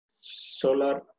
solar